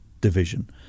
division